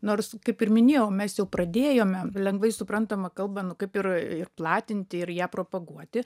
nors kaip ir minėjau mes jau pradėjome lengvai suprantamą kalbą nu kaip ir platinti ir ją propaguoti